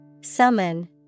Summon